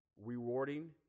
Rewarding